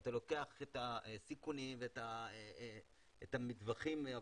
אתה לוקח סיכונים וטווחים,